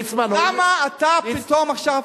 למה אתה פתאום עכשיו,